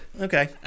okay